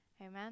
amen